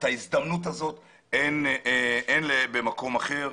את ההזדמנות הזאת אין במקום אחר.